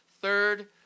Third